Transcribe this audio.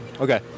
Okay